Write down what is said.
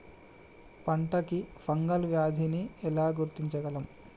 పంట కి ఫంగల్ వ్యాధి ని ఎలా గుర్తించగలం?